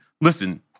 listen